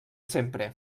sempre